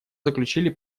заключили